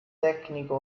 tecnico